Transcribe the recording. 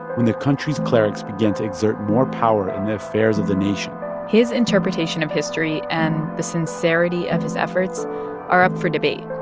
when the country's clerics began to exert more power in the affairs of the nation his interpretation of history and the sincerity of his efforts are up for debate.